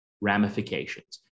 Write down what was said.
ramifications